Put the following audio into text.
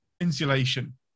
Insulation